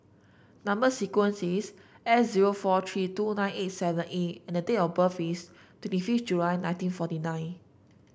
number sequence is S zero four three two nine eight seven A and the date of birth is twenty fifth July nineteen forty nine